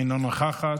אינה נוכחת.